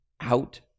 out